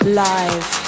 live